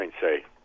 say